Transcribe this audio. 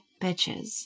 bitches